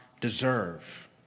deserve